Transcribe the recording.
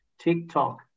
TikTok